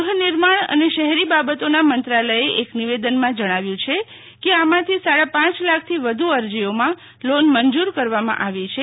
ગૃહનિમાણ અને શહેરી બાબતોના મંત્રાલયે એક નિવેદનમાં જણાવ્યું છે કે આમાંથી સાડા પાંચ લાખથી વધુ અરજીઓમાં લોન મંજુર કરવામાં આવી છે